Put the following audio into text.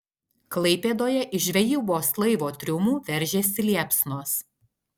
klaipėdoje iš žvejybos laivo triumų veržėsi liepsnos